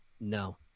no